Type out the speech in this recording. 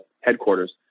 headquarters